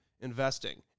investing